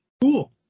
Cool